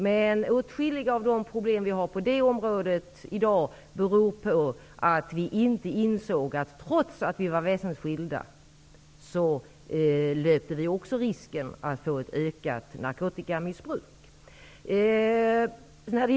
Men åskilliga av de problem som vi i dag har beror på att vi inte insåg att vi trots att vi var väsensskilda löpte risken att få ett ökat narkotikamissbruk.